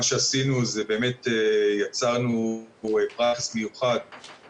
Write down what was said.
בהתחלה בכלל לא היה פרט מכס